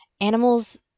animals